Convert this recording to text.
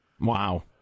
Wow